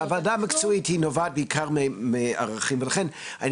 הוועדה המקצועית היא נובעת בעיקר מערכים ולכן אני